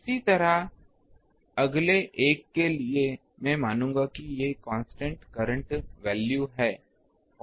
इसी तरह अगले एक के लिए मैं मानूंगा कि यह कांस्टेंट करंट वैल्यू है